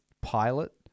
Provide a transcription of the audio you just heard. pilot